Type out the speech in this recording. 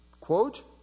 Quote